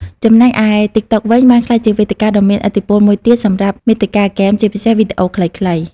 ចំណែកឯ ទីកតុក វិញ បានក្លាយជាវេទិកាដ៏មានឥទ្ធិពលមួយទៀតសម្រាប់មាតិកាហ្គេម ជាពិសេសវីដេអូខ្លីៗ។